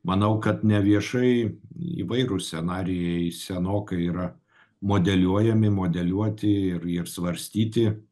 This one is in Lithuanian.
manau kad neviešai įvairūs scenarijai senokai yra modeliuojami modeliuoti ir ir svarstyti